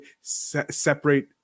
separate